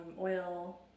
oil